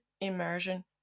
immersion